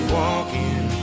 walking